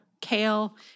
kale